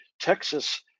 Texas